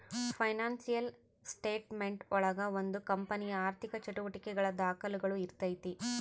financial statement ಒಳಗ ಒಂದು ಕಂಪನಿಯ ಆರ್ಥಿಕ ಚಟುವಟಿಕೆಗಳ ದಾಖುಲುಗಳು ಇರ್ತೈತಿ